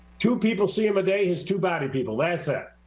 two people see him a day his two body people. that's it.